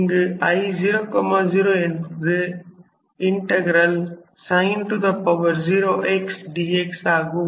இங்கு I0 0 என்பது sin 0 x dx ஆகும்